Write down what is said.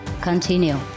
continue